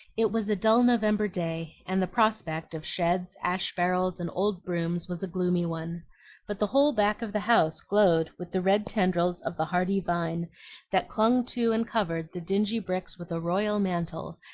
it was a dull november day, and the prospect of sheds, ash-barrels, and old brooms was a gloomy one but the whole back of the house glowed with the red tendrils of the hardy vine that clung to and covered the dingy bricks with a royal mantle,